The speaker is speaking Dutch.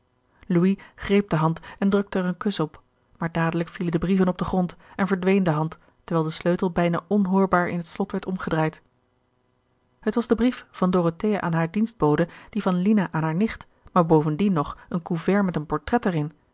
louis greep de hand en drukte er een kus op maar dadelijk vielen de brieven op den grond en verdween de gerard keller het testament van mevrouw de tonnette hand terwijl de sleutel bijna onhoorbaar in het slot werd omgedraaid het was de brief van dorothea aan hare dienstbode die van lina aan hare nicht maar bovendien nog een couvert met een portret er